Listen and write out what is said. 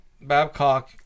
Babcock